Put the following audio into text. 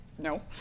No